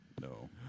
No